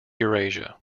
eurasia